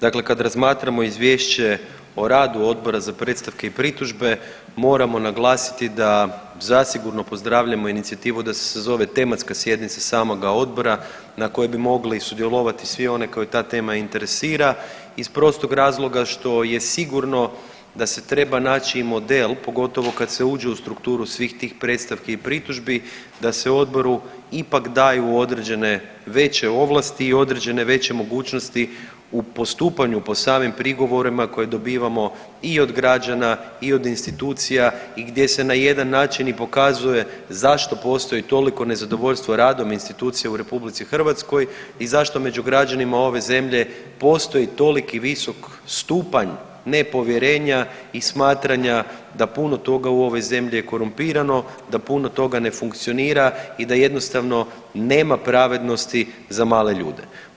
Dakle kad razmatramo izvješće o radu Odbora za predstavke i pritužbe moramo naglasiti da zasigurno pozdravljamo inicijativu da se sazove tematska sjednica samoga odbora na kojoj bi mogli sudjelovati svi oni koje ta tema interesira iz prostog razloga što je sigurno da se treba naći i model pogotovo kad se uđe u strukturu svih tih predstavki i pritužbi da se odboru ipak daju određene veće ovlasti i određene veće mogućnosti u postupanju po samim prigovorima koje dobivamo i od građana i od institucija i gdje se na jedan način i pokazuje zašto postoji toliko nezadovoljstvo radom institucija u RH i zašto među građanima ove zemlje postoji toliki visok stupanj nepovjerenja i smatranja da puno toga u ovoj zemlji je korumpirano, da puno toga ne funkcionira i da jednostavno nema pravednosti za male ljude.